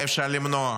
היה אפשר למנוע.